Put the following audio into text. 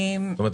זאת אומרת,